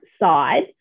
side